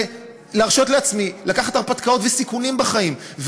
להרשות לעצמי לקחת הרפתקאות וסיכונים בחיים,